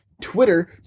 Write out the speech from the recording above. Twitter